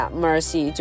mercy